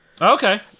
Okay